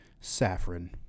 saffron